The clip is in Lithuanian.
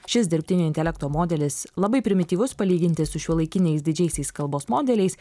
šis dirbtinio intelekto modelis labai primityvus palyginti su šiuolaikiniais didžiaisiais kalbos modeliais